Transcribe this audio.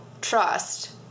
trust